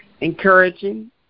encouraging